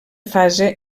fase